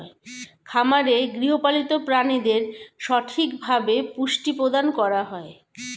খামারে গৃহপালিত প্রাণীদের সঠিকভাবে পুষ্টি প্রদান করা হয়